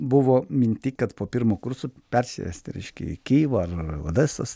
buvo minty kad po pirmo kurso persivest reiškia į kijevą ar odesos